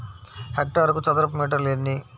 హెక్టారుకు చదరపు మీటర్లు ఎన్ని?